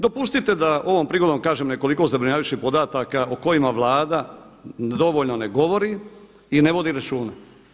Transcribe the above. Dopustite da ovom prigodom kažem nekoliko zabrinjavajućih podataka o kojima Vlada dovoljno ne govori i ne vodi računa.